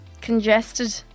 congested